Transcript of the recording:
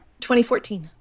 2014